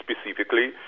specifically